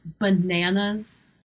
bananas